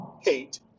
hate